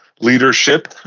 leadership